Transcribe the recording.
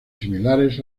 similares